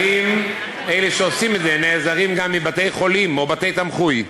ואלה שעושים את זה נעזרים גם בבתי-חולים או בבתי-תמחוי,